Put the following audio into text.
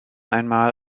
einmal